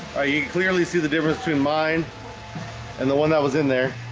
i clearly see the difference between mine and the one that was in there